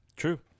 True